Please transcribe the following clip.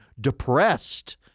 depressed